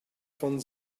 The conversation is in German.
von